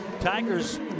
Tigers